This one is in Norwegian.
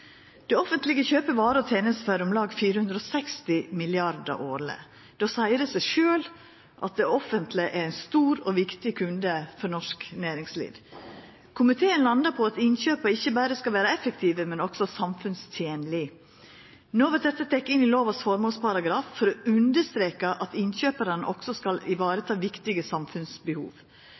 Det offentlege kjøper varer og tenester for om lag 460 mrd. kr årleg. Då seier det seg sjølv at det offentlege er ein stor og viktig kunde for norsk næringsliv. Komiteen landa på at innkjøpa ikkje berre skal vera effektive, men også samfunnstenlege. No vert dette teke inn i lovas formålsparagraf, for å understreka at innkjøparane også skal vareta viktige samfunnsbehov.